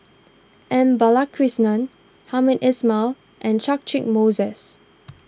M Balakrishnan Hamed Ismail and Catchick Moses